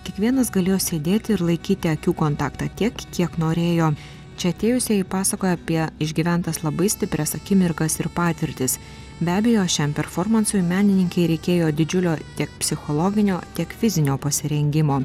kiekvienas galėjo sėdėti ir laikyti akių kontaktą tiek kiek norėjo čia atėjusieji pasakojo apie išgyventas labai stiprias akimirkas ir patirtis be abejo šiam performansui menininkei reikėjo didžiulio tiek psichologinio tiek fizinio pasirengimo